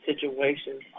situations